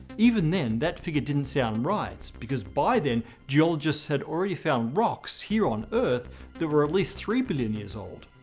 even then that figure didn't sound right. by then, geologists had already found rocks here on earth that were at least three billion years old!